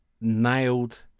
nailed